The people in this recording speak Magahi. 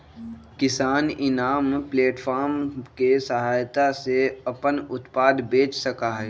किसान इनाम प्लेटफार्म के सहायता से अपन उत्पाद बेच सका हई